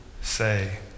say